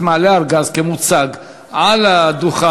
אבל כשחבר הכנסת מעלה ארגז כמוצג על הדוכן,